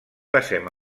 passem